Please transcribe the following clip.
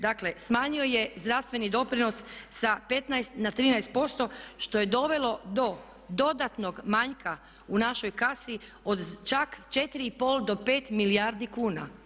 Dakle, smanjio je zdravstveni doprinos sa 15 na 13% što je dovelo do dodatnog manjka u našoj kasi od čak 4 i pol do 5 milijardi kuna.